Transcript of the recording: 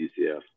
UCF